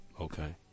Okay